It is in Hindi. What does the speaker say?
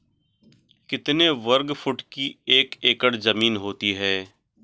कितने वर्ग फुट की एक एकड़ ज़मीन होती है?